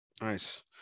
nice